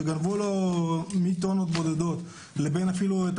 שגנבו לו מטונות בודדות לבין אפילו את